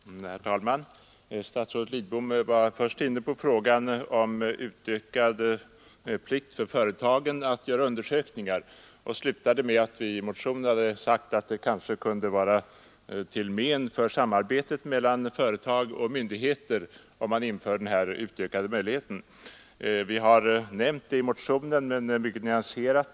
Herr talman! Statsrådet Lidbom tog först upp frågan om utökad plikt för företagen att göra undersökningar och slutade med att säga att vi i motionen uttalat att det kanske kunde vara till men för samarbetet mellan företag och myndigheter om man införde denna utökade möjlighet. Vi har nämnt det i motionen men mycket nyanserat.